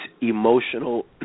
emotional